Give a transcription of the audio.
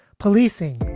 policing,